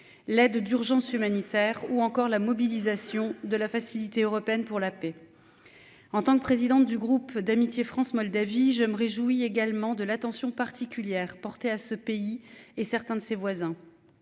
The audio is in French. l'aide d'urgence humanitaire ou encore la mobilisation de la Facilité européenne pour la paix. En tant que présidente du groupe d'amitié France-Moldavie, je me réjouis également de l'attention particulière portée à ce pays et certains de ses voisins.